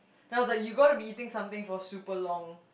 then I was like you gotta be eating something for super long